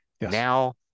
now